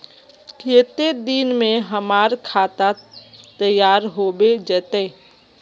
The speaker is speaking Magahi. केते दिन में हमर खाता तैयार होबे जते?